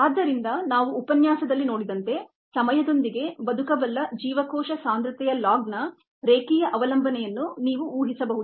ಆದ್ದರಿಂದ ನಾವು ಉಪನ್ಯಾಸದಲ್ಲಿ ನೋಡಿದಂತೆ ಸಮಯದೊಂದಿಗೆ ವ್ಯೆಯಬಲ್ ಸೆಲ್ ಕಾನ್ಸಂಟ್ರೇಶನ್ ಲಾಗ್ನ ಲೀನಿಯರ್ ಡಿಪೆಂಡೆನ್ಸ್ ಅನ್ನು ನೀವು ಊಹಿಸಬಹುದು